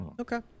Okay